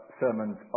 sermons